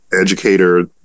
educator